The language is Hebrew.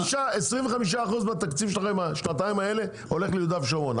25% מהתקציב שלכם בשנתיים האלה הולך ליהודה ושומרון.